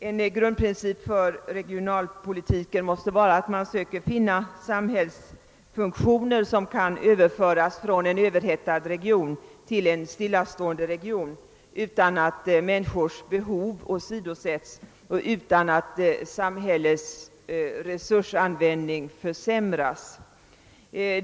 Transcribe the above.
En grundprincip för regionalpolitiken måste vara att man söker finna samhällsfunktioner som kan överföras från en överhettad region till en stillastående, utan att människors behov åsidosättes och utan att samhällets resursanvändning försämras.